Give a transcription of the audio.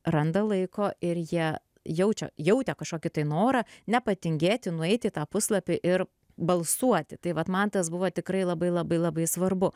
randa laiko ir jie jaučia jautė kažkokį tai norą nepatingėti nueit į tą puslapį ir balsuoti tai vat man tas buvo tikrai labai labai labai svarbu